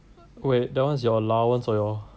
wait that one is your allowance or your